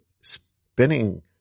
spinning